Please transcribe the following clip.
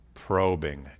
Probing